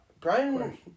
Brian